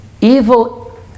evil